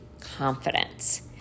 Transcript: confidence